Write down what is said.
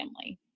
family